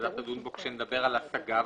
הוועדה תדון בו כשנדבר על השגה.